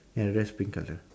ya that's pink colour